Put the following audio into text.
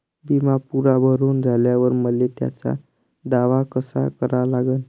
बिमा पुरा भरून झाल्यावर मले त्याचा दावा कसा करा लागन?